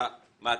מה,